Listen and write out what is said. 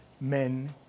men